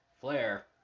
Flare